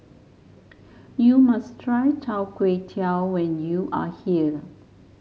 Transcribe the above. you must try Chai Tow Kway when you are here